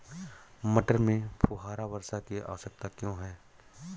मटर में फुहारा वर्षा की आवश्यकता क्यो है?